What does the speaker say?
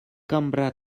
cambra